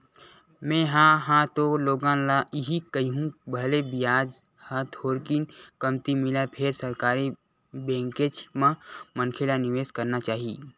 में हा ह तो लोगन ल इही कहिहूँ भले बियाज ह थोरकिन कमती मिलय फेर सरकारी बेंकेच म मनखे ल निवेस करना चाही